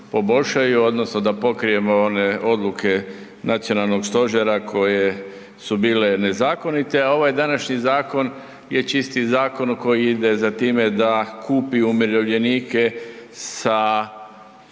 odnosno da pokrijemo one odluke Nacionalnog stožera koje su bile nezakonite. A ovaj današnji zakon je čisti zakon koji ide za time da kupi umirovljenike sa